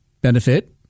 benefit